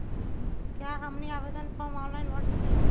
क्या हमनी आवेदन फॉर्म ऑनलाइन भर सकेला?